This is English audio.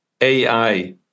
AI